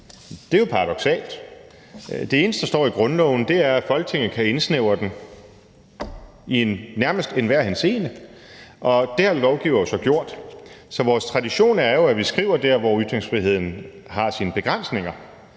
Det er jo paradoksalt. Det eneste, der står i grundloven, er, at Folketinget kan indsnævre den i nærmest enhver henseende, og det har lovgivere jo så gjort. Så vores tradition er jo, at vi skriver om der, hvor ytringsfriheden har sine begrænsninger